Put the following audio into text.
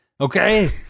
Okay